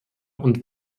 und